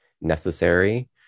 necessary